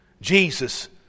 Jesus